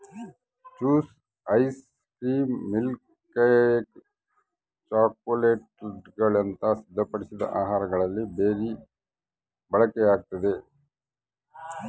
juice ice cream milkshake ಚಾಕೊಲೇಟ್ಗುಳಂತ ಸಿದ್ಧಪಡಿಸಿದ ಆಹಾರಗಳಲ್ಲಿ ಬೆರಿ ಬಳಕೆಯಾಗ್ತದ